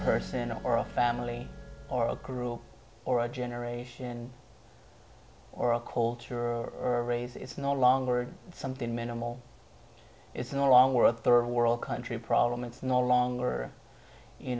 person or a family or a girl or a generation or a culture or race it's not long or something minimal it's no longer a third world country problem it's no longer you